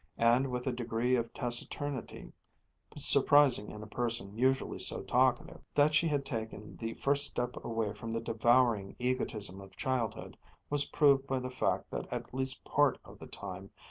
and with a degree of taciturnity surprising in a person usually so talkative. that she had taken the first step away from the devouring egotism of childhood was proved by the fact that at least part of the time,